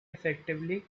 effectively